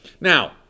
Now